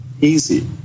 easy